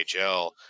NHL